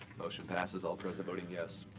motion passes, all present voting yes.